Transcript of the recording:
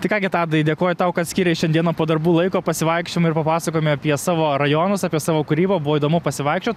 tai ką gi tadai dėkoju tau kad skyrei šiandieną po darbų laiko pasivaikščiojimui ir papasakojimui apie savo rajonus apie savo kūrybą buvo įdomu pasivaikščiot